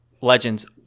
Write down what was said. Legends